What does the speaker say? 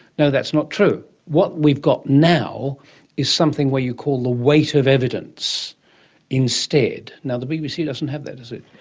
no, that's not true. what we've got now is something where you call the weight of evidence instead. the bbc doesn't have that, does it.